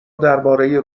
درباره